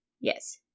yes